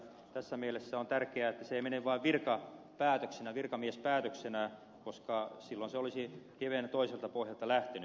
tässä mielessä on tärkeää että se ei mene vaan virkamiespäätöksenä koska silloin se olisi hivenen toiselta pohjalta lähtenyt